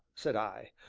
said i.